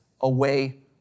away